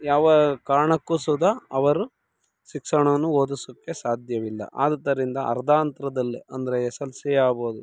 ಯಾವ ಕಾರಣಕ್ಕೂ ಸುದಾ ಅವರು ಶಿಕ್ಷಣವನ್ನು ಓದಿಸೋಕ್ಕೆ ಸಾಧ್ಯವಿಲ್ಲ ಆದುದ್ದರಿಂದ ಅರ್ದಾಂತರದಲ್ಲೆ ಅಂದರೆ ಎಸ್ ಎಲ್ ಸಿ ಯಾಬೋದು